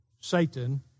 Satan